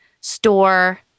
store